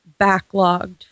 backlogged